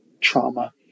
trauma